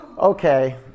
Okay